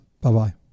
Bye-bye